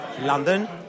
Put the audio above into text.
London